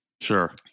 Sure